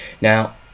Now